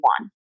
one